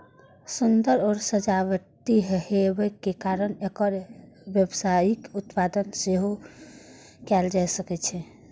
सुंदर आ सजावटी हेबाक कारणें एकर व्यावसायिक उत्पादन सेहो कैल जा सकै छै